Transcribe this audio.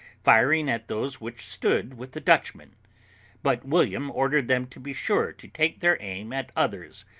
firing at those which stood with the dutchman but william ordered them to be sure to take their aim at others,